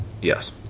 Yes